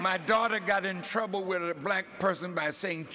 my daughter got in trouble with a black person by saying